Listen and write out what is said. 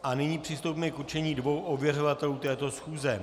A nyní přistoupíme k určení dvou ověřovatelů této schůze.